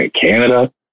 Canada